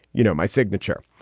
you know my signature.